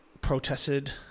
protested